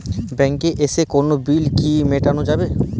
ব্যাংকে এসে কোনো বিল কি মেটানো যাবে?